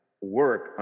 work